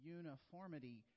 uniformity